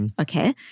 Okay